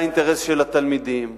זה האינטרס של התלמידים,